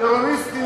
טרוריסטים של,